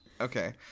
Okay